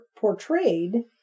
portrayed